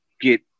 get